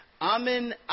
Amen